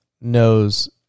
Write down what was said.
knows